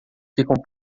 ficam